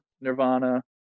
Nirvana